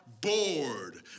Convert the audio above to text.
bored